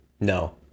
No